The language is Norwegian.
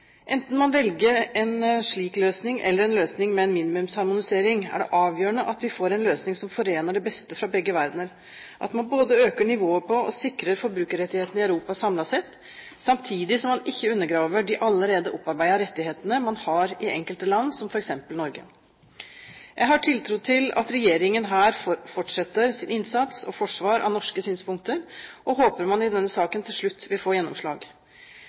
Enten man velger en slik løsning eller en løsning med en minimumsharmonisering, er det avgjørende at vi får en løsning som forener det beste fra begge verdener, at man både øker nivået på og sikrer forbrukerrettighetene i Europa samlet sett, samtidig som man ikke undergraver de allerede opparbeidede rettighetene man har i enkelte land, som f.eks. Norge. Jeg har tiltro til at regjeringen her fortsetter sin innsats for og forsvar av norske synspunkter, og håper man i denne saken til slutt vil få gjennomslag.